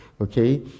Okay